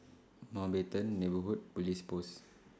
Mountbatten Neighbourhood Police Post